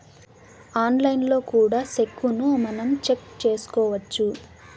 ఆన్లైన్లో కూడా సెక్కును మనం చెక్ చేసుకోవచ్చు